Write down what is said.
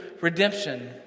redemption